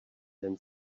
then